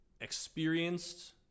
experienced